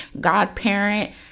godparent